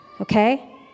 Okay